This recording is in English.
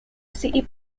city